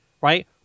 Right